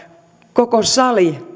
koko sali